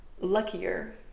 luckier